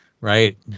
Right